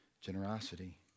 generosity